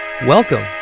Welcome